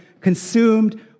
consumed